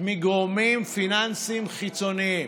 מגורמים פיננסיים חיצוניים?